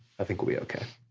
i think we'll be okay.